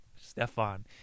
stefan